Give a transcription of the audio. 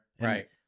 Right